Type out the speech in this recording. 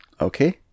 Okay